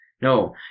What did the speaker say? no